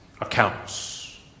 accounts